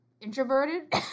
introverted